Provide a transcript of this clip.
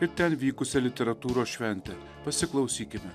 ir ten vykusią literatūros šventę pasiklausykime